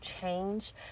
change